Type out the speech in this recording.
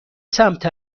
سمت